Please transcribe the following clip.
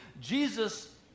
Jesus